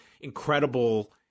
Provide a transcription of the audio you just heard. incredible